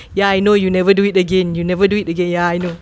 ya I know you never do it again you never do it again ya I know